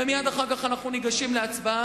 ומייד אחר כך אנחנו ניגשים להצבעה,